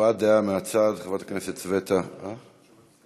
הבעת דעה מהצד, חברת הכנסת סבטה, קסניה